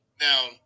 Now